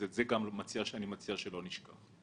גם את זה אני מציע שלא נשכח.